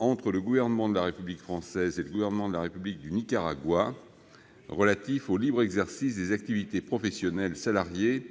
entre le Gouvernement de la République française et le Gouvernement de la République du Nicaragua relatif au libre exercice des activités professionnelles salariées